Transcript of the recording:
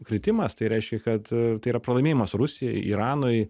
kritimas tai reiškia kad tai yra pralaimėjimas rusijai iranui